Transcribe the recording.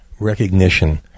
recognition